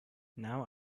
now